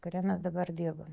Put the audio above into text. kuriame dabar dirbam